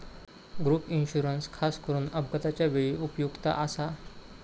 gap insurance खासकरून अपघाताच्या वेळी उपयुक्त आसा